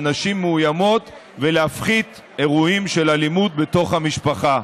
נשים מאוימות ולהפחית אירועים של אלימות בתוך המשפחה.